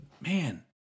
man